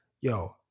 Yo